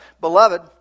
Beloved